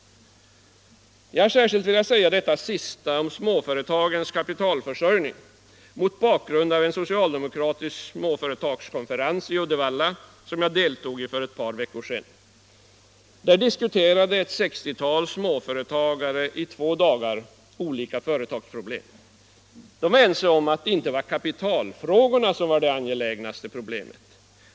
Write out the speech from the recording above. Jag har särskilt velat säga detta sista om småföretagens kapitalförsörjning mot bakgrund av en socialdemokratisk småföretagarkonferens i Uddevalla som jag deltog i för ett par veckor sedan. Där diskuterade ett 60-tal småföretagare i två dagar olika företagsproblem. De var ense om att det inte var kapitalfrågorna som var de angelägnaste problemen.